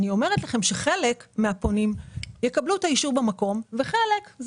אני אומרת לכם שחלק מהפונים יקבלו את האישור במקום וחלק זה